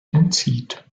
entzieht